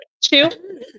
Two